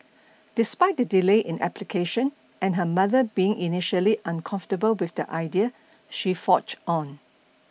despite the delay in application and her mother being initially uncomfortable with the idea she forged on